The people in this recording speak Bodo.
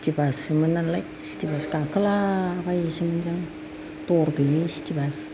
सिटि बाससोमोन नालाय सिटि बास गाखोला बायोसोमोन जों दर गैयै सिटि बास